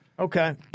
Okay